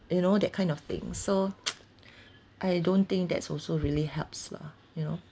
you know that kind of thing so I don't think that's also really helps lah you know